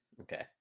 Okay